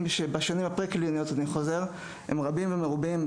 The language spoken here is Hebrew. בשנים הפרה-קליניות הם רבים ומרובים.